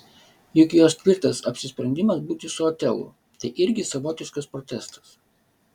juk jos tvirtas apsisprendimas būti su otelu tai irgi savotiškas protestas